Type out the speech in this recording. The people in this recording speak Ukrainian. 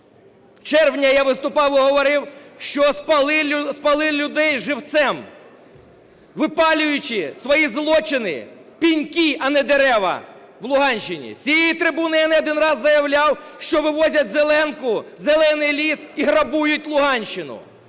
6 червня я виступав і говорив, що спалили людей живцем, випалюючи свої злочини - пеньки, а не дерева, - в Луганщини. З цієї трибуни я не один раз заявляв, що вивозять "зеленку", зелений ліс, і грабують Луганщину.